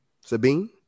Sabine